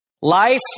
Life